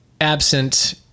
absent